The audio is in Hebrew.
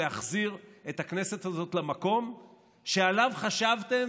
להחזיר את הכנסת הזאת למקום שעליו חשבתם